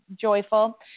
joyful